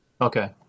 okay